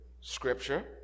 scripture